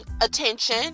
attention